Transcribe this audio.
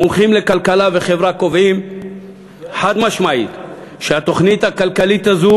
מומחים לכלכלה וחברה קובעים חד-משמעית שבתוכנית הכלכלית הזאת